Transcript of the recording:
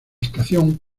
estación